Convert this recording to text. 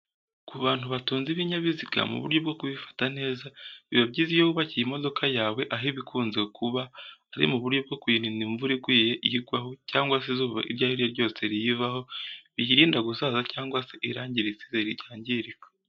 Ku bantu batunze ibinyabiziga mu buryo bwo kubifata neza biba byiza iyo wubakiye imodoka yawe aho iba ikunze kuba ari mu buryo bwo kuyirinda ko imvura iguye iyigwaho cyangwa se izuba iryo ari ryo ryose riyivaho biyirinda gusaza cyangwa se irangi riyisize ryangirika.